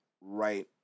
right